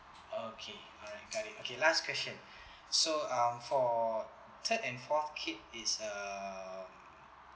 okay alright got it okay last question so um for third and fourth kid is um